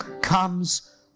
comes